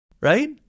right